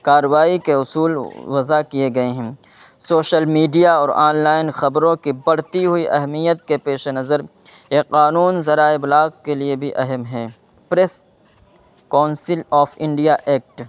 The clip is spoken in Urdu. کارروائی کے اصول وضع کیے گئے ہیں سوشل میڈیا اور آن لائن خبروں کے بڑھتی ہوئی اہمیت کے پیش نظر یہ قانون ذرائع ابلاغ کے لیے بھی اہم ہے press council of India act